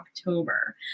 October